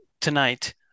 tonight